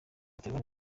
buterwa